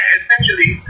essentially